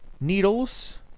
Needles